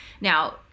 Now